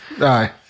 Aye